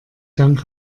dank